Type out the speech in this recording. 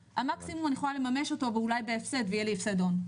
המקסימום אני יכולה לממש אותו אולי בהפסד ויהיה לי הפסד הון.